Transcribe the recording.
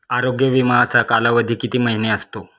आरोग्य विमाचा कालावधी किती महिने असतो?